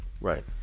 Right